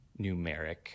numeric